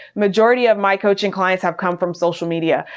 majority of my coaching clients have come from social media.